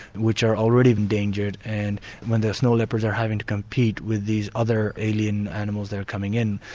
which are already endangered. and when the snow leopards are having to compete with these other alien animals that are coming in,